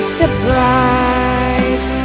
surprise